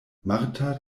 marta